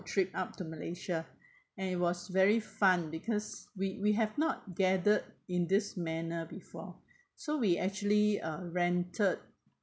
trip up to malaysia and it was very fun because we we have not gathered in this manner before so we actually uh rented